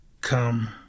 come